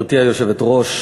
גברתי היושבת-ראש,